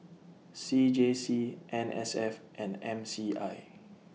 C J C N S F and M C I